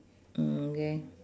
mm okay